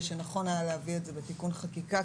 ושנכון היה להביא את זה בתיקון חקיקה,